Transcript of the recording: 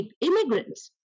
immigrants